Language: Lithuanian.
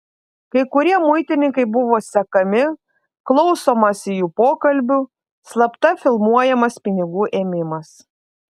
kai kurie muitininkai buvo sekami klausomasi jų pokalbių slapta filmuojamas pinigų ėmimas